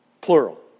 Plural